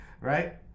right